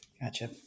Gotcha